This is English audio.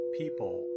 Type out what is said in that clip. people